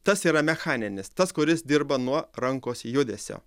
tas yra mechaninis tas kuris dirba nuo rankos judesio